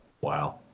Wow